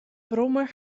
brommer